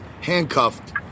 handcuffed